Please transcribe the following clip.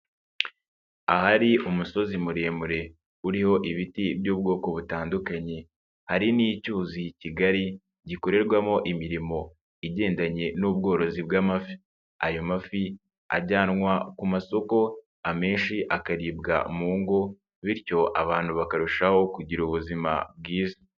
Ahari umusozi muremure uriho ibiti by'ubwoko butandukanye, hari n'icyuzi kigali gikorerwamo imirimo igendanye n'ubworozi bw'amafi. Ayo mafi ajyanwa ku masoko amenshi akaribwa mu ngo bityo abantu bakarushaho kugira ubuzima bwiza.